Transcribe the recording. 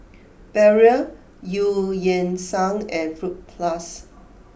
Barrel Eu Yan Sang and Fruit Plus